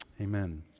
Amen